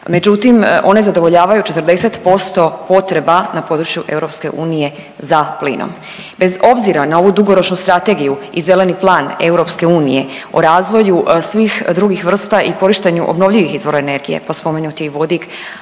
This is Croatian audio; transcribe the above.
međutim one zadovoljavaju 40% potreba na području EU za plinom. Bez obzira na ovu dugoročnu strategiju i Zeleni plan EU o razvoju svih drugih vrsta i korištenju obnovljivih izvora energije pa spomenut je i vodik,